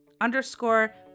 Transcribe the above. underscore